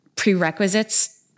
prerequisites